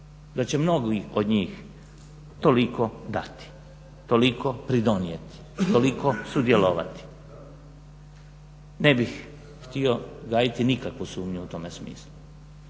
da će mnogi od njih toliko dati, toliko pridonijeti, toliko sudjelovati. Ne bih htio gajiti nikakvu sumnju u tome smislu.